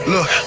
Look